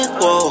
whoa